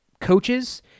coaches